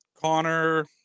Connor